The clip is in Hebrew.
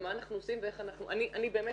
ומה אנחנו עושות ואיך אנחנו אני באמת